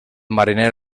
mariner